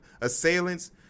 assailants